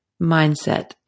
mindset